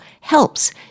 helps